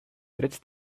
trets